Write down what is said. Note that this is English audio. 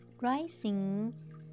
rising